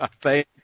Thank